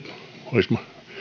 olisi